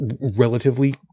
relatively